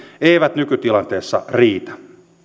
eivät nykytilanteessa riitä